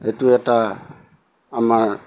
সেইটো এটা আমাৰ